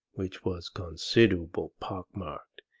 which was considerable pock-marked,